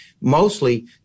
mostly